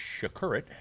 Shakurit